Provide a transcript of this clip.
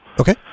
Okay